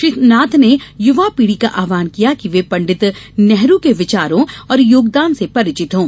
श्री नाथ ने युवा पीढ़ी का आव्हान किया कि वे पण्डित नेहरू के विचारों और योगदान से परिचित हों